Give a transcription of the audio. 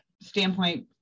standpoint